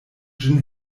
ĝin